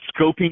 scoping